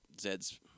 Zed's